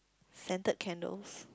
scented candles